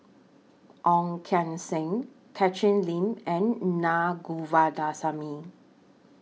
Ong Keng Sen Catherine Lim and Naa Govindasamy